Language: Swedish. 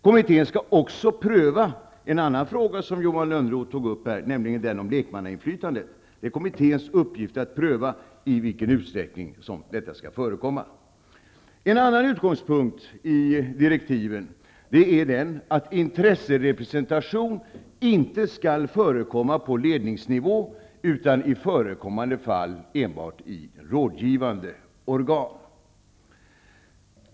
Kommittén skall också pröva en annan fråga som Johan Lönnroth tog upp, nämligen frågan om lekmannainflytande. Det är kommitténs uppgift att pröva i vilken utsträckning detta skall förekomma. En annan utgångspunkt i direktiven är att intresserepresentation inte skall förekomma på ledningsnivå, utan i förekommande fall enbart i rådgivande organ.